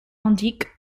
indiquent